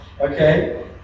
Okay